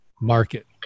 market